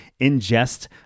ingest